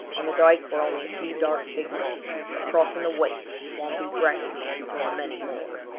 on the dyke were only a few dark figures, but crossing the waste, swampy ground were many more.